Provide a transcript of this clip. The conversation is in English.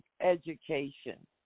education